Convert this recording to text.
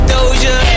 Doja